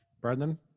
Brendan